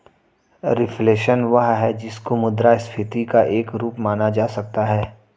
reflation वह है जिसको मुद्रास्फीति का एक रूप माना जा सकता है